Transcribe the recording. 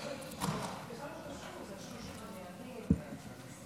סדר-היום: